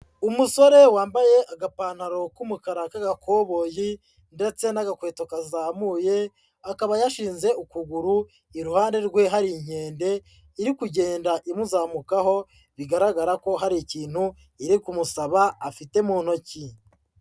Umusore wambaye agapantaro k'umukara k'agakoboyi ndetse n'agakweto kazamuye, akaba yashinze ukuguru, iruhande rwe hari inkende, iri kugenda imuzamukaho, bigaragara ko hari ikintu iri kumusaba afite mu ntoki.